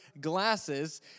glasses